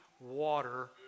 water